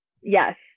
Yes